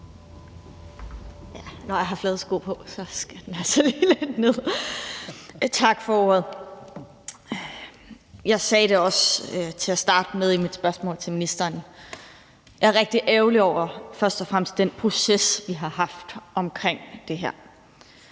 20:01 (Ordfører) Katrine Robsøe (RV): Tak for ordet. Jeg sagde det også til at starte med i mit spørgsmål til ministeren, nemlig at jeg er rigtig ærgerlig over først og fremmest den proces, vi har haft omkring det her.